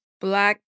Black